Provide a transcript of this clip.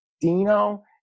Dino